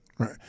Right